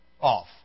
off